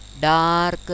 dark